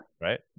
Right